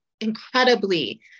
incredibly